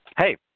hey